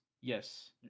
yes